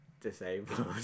Disabled